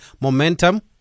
momentum